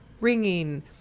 ringing